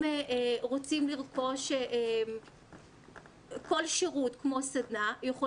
אם רוצים לרכוש כל שירות כמו סדנה,